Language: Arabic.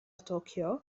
طوكيو